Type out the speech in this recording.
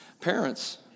Parents